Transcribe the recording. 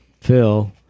Phil